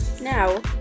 Now